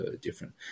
different